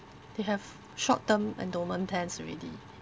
they have short term endowment plans already